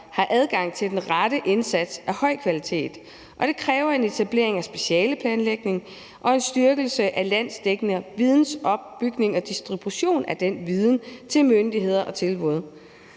har adgang til den rette indsats af høj kvalitet, og det kræver en etablering af specialeplanlægning og en styrkelse af en landsdækkende vidensopbygning og distribution af den viden til myndigheder ogtilbud.